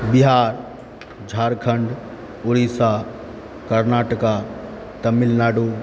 Bihar Jharkhand Orissa Karnataka Tamil Nadu